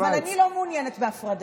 אבל אני לא מעוניינת בהפרדה.